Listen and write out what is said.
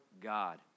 God